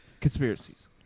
Conspiracies